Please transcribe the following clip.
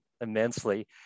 immensely